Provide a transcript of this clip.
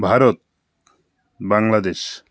Bharat Bangladesh